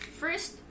first